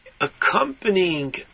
accompanying